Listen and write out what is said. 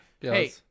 Hey